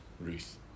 Ruth